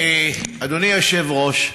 אדוני היושב-ראש,